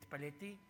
והתפלאתי,